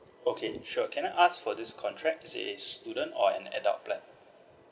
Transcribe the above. okay sure can I ask for this contract is it a student or an adult plan